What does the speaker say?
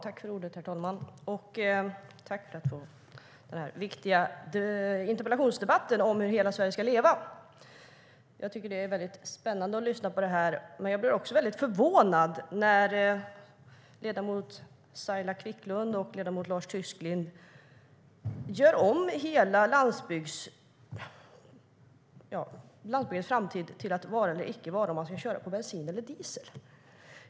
Herr talman! Jag tackar för denna viktiga interpellationsdebatt om hur hela Sverige ska leva. Det är väldigt spännande att lyssna, men jag blir förvånad när ledamöterna Saila Quicklund och Lars Tysklind gör om hela frågan om landsbygdens framtid och vara eller icke vara till att handla om att köra på bensin eller diesel.